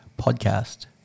Podcast